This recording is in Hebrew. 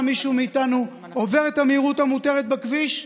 מישהו מאיתנו עובר את המהירות המותרת בכביש?